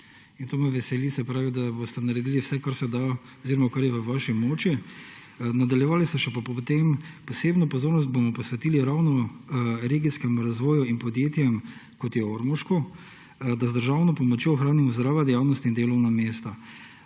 To me veseli. Se pravi, da boste naredili vse, kar se da oziroma kar je v vaši moči. Nadaljevali ste pa še potem, da posebno pozornost boste posvetili ravno regijskemu razvoju in podjetjem, kot je ormoško, da z državno pomočjo ohranimo zdrave dejavnosti in delovna mesta.